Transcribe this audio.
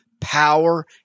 power